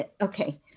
okay